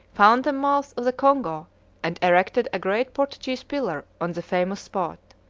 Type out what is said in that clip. found the mouth of the congo and erected a great portuguese pillar on the famous spot.